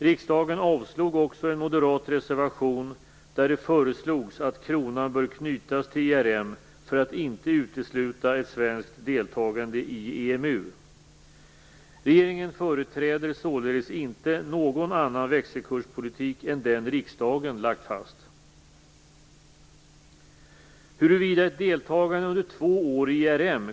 Riksdagen avslog också en moderat reservation där det föreslogs att kronan bör knytas till ERM för att inte utesluta ett svenskt deltagande i EMU. Regeringen företräder således inte någon annan växelkurspolitik än den riksdagen lagt fast.